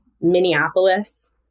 Minneapolis